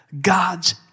God's